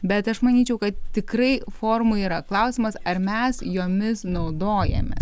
bet aš manyčiau kad tikrai formų yra klausimas ar mes jomis naudojame